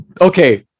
okay